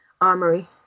armory